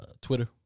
Twitter